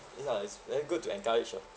ya it's very good to encourage oh